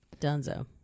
Dunzo